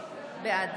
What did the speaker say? בעד